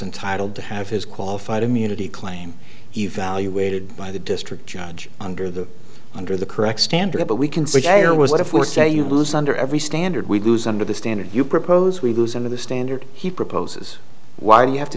entitled to have his qualified immunity claim evaluated by the district judge under the under the correct standard but we can say or what if we'll say you lose under every standard we lose under the standard you propose we lose in the standard he proposes why do you have to